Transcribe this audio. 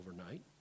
overnight